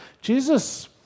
Jesus